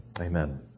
Amen